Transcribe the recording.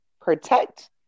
protect